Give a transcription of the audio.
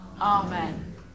Amen